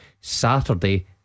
Saturday